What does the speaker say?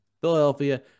Philadelphia